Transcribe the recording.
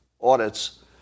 audits